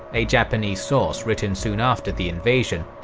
a japanese source written soon after the invasion,